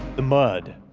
the mud,